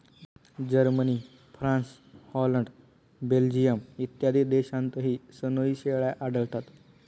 Germany, France, Holland, Belgium इत्यादी देशांतही सनोई शेळ्या आढळतात